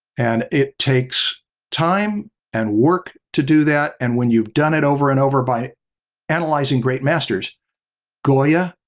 and it takes time and work to do that and when you've done it over and over by analyzing great masters goya,